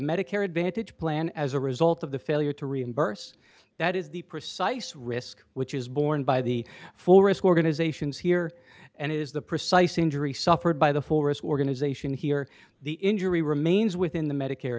medicare advantage plan as a result of the failure to reimburse that is the precise risk which is borne by the forest organizations here and it is the precise injury suffered by the forest organization here the injury remains within the medicare